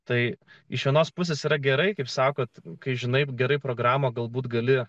tai iš vienos pusės yra gerai kaip sakote kai žinai gerai programą galbūt gali